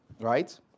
right